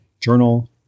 journal